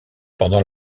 pendant